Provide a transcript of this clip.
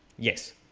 yes